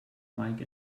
mike